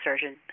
surgeon